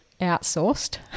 outsourced